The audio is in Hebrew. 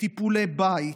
טיפולי בית,